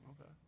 Okay